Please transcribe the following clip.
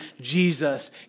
Jesus